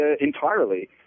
entirely